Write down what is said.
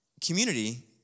community